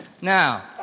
Now